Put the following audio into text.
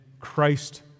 Christ